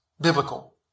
biblical